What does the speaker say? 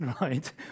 right